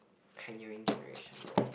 pioneering generation lor